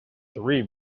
three